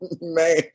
Man